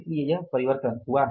इसलिए यह परिवर्तन हुआ है